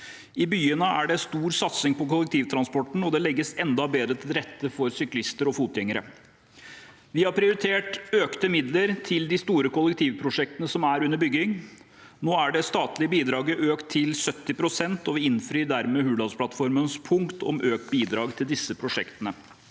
(rammeområde 17) transporten, og det legges enda bedre til rette for syklister og fotgjengere. Vi har prioritert økte midler til de store kollektivprosjektene som er under bygging. Nå er det statlige bidraget økt til 70 pst., og vi innfrir dermed Hurdalsplattformens punkt om økt bidrag til disse prosjektene.